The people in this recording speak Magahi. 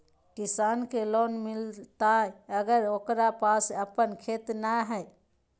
किसान के लोन मिलताय अगर ओकरा पास अपन खेत नय है?